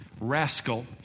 Rascal